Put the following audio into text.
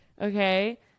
Okay